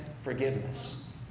forgiveness